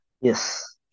Yes